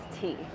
tea